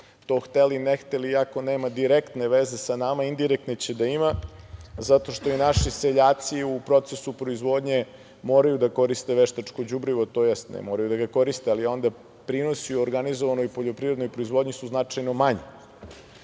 To hteli, ne hteli, ako nema direktne veze sa nama, indirektne će da ima, zato što i naši seljaci u procesu proizvodnje moraju da koriste veštačko đubrivo, tj. ne moraju da ga koriste, ali onda prinosi u organizovanoj poljoprivrednoj proizvodnji su značajano manji. Mi